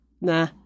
nah